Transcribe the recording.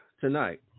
tonight